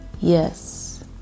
Yes